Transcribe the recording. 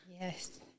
Yes